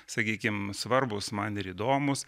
sakykim svarbūs man įdomūs